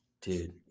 Dude